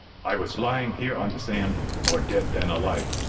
i was lying here on the sand more dead than alive,